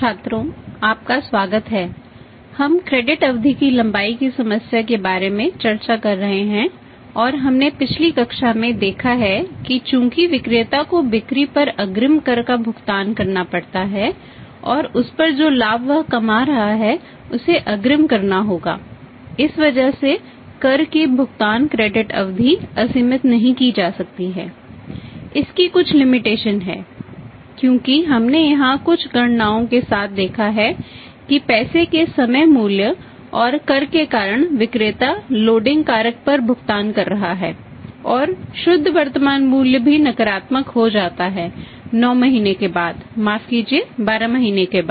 छात्रों आपका स्वागत हैं हम क्रेडिट पर भुगतान कर रहा है और शुद्ध वर्तमान मूल्य भी नकारात्मक हो जाता है 9 महीने के बाद माफ कीजिए 12 महीने बाद